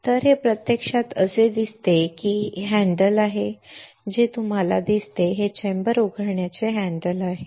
तर हे प्रत्यक्षात असे दिसते की हे हँडल आहे जे तुम्हाला दिसते हे चेंबर उघडण्याचे हँडल आहे ठीक आहे